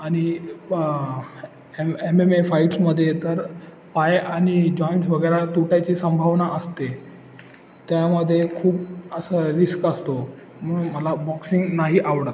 आणि M M M A फाईट्समध्ये तर पाय आणि जॉईंट्स वगैरे तुटायची संभावना असते त्यामध्ये खूप असं रिस्क असतो म्हणून मला बॉक्सिंग नाही आवडत